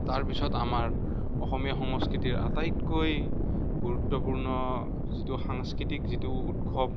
তাৰপিছত আমাৰ অসমীয়া সংস্কৃতিৰ আটাইতকৈ যিটো গুৰুত্বপূৰ্ণ যিটো সাংস্কৃতিক যিটো উৎসৱ